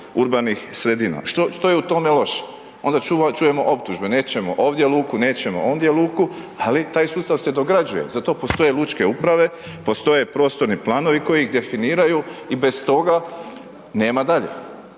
urbanih sredina. Što je u tome loše? Onda čujemo optužbe, nećemo ovdje luku, nećemo ondje luku, ali taj sustav se dograđuje, zato postoje lučke uprave, postoje prostorni planovi koji ih definiraju i bez toga nema dalje,